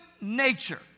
nature